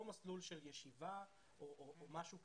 או מסלול של ישיבה או משהו כזה.